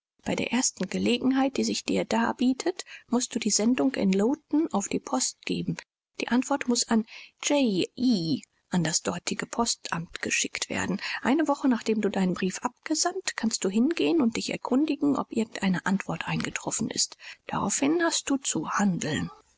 bei der ersten gelegenheit die sich dir darbietet mußt du die sendung in lowton auf die post geben die antwort muß an j e an das dortige postamt geschickt werden eine woche nachdem du deinen brief abgesandt kannst du hingehen und dich erkundigen ob irgend eine antwort eingetroffen ist daraufhin hast du zu handeln